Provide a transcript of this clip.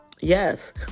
Yes